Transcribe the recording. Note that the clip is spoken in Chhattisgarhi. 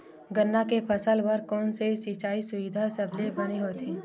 गन्ना के फसल बर कोन से सिचाई सुविधा सबले बने होही?